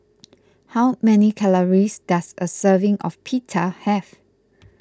how many calories does a serving of Pita have